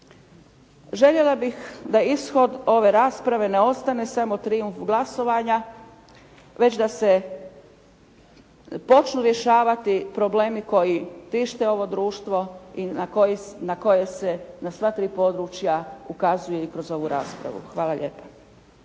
Željela bih da ishod ove rasprave ne ostane samo trijumf glasovanja, već da se počnu rješavati problemi koji tište ovo društvo i na koje se na sva tri područja ukazuje i kroz ovu raspravu. Hvala lijepa.